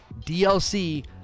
DLC